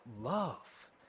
love